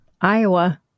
Iowa